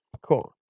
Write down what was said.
Cool